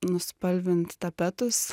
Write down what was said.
nuspalvint tapetus